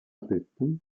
aceptan